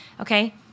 okay